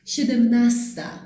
Siedemnasta